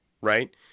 right